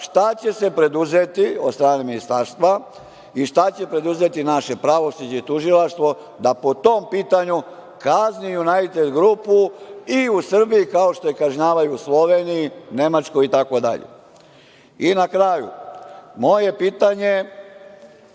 šta će se preduzeti od strane ministarstva i šta će preduzeti naše pravosuđe i tužilaštvo da po tom pitanju kazni „Junajted grupu“ i u Srbiji, kao što je kažnjava i u Sloveniji, Nemačkoj i tako dalje? Na kraju, moje pitanje